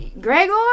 Gregor